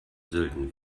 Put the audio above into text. sölden